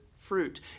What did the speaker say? Fruit